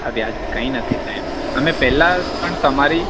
આ વાજબી કંઈ નથી સાહેબ અમે પહેલાં પણ તમારી